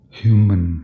human